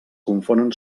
confonen